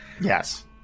Yes